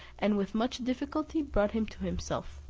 and with much difficulty brought him to himself.